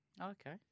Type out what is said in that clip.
Okay